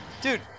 Dude